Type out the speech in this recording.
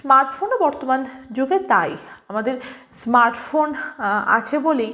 স্মার্টফোনও বর্তমান যুগে তাই আমাদের স্মার্টফোন আছে বলেই